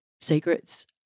Secrets